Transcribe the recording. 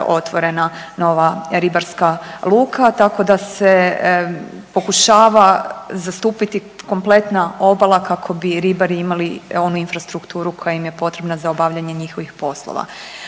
otvorena nova ribarska luka, tako da se pokušava zastupiti kompletna obala kako bi ribari imali onu infrastrukturu koja im je potrebna za obavljanje njihovih poslova.